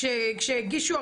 כשהגישו,